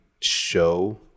show